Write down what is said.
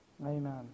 Amen